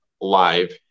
live